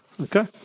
Okay